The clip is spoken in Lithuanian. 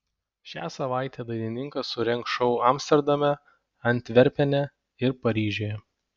šią savaitę dainininkas surengs šou amsterdame antverpene ir paryžiuje